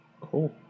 Cool